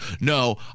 no